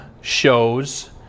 shows